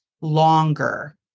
longer